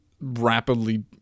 rapidly